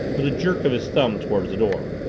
with a jerk of his thumb toward the door.